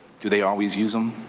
do they always use them?